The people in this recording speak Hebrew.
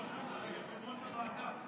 היושב-ראש, יושב-ראש הוועדה, הוא התרסק אל הים?